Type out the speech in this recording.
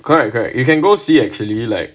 correct correct you can go see actually like